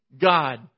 God